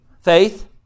Faith